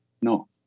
No